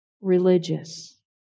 religious